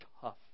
tough